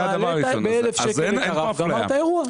הוא מעלה ב-1,000 שקל וגומר את האירוע.